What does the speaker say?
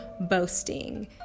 boasting